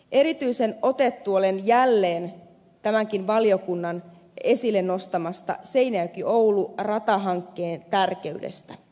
erityisen otettu olen jälleen tämänkin valiokunnan esille nostaman seinäjokioulu ratahankkeen tärkeydestä